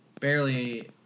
barely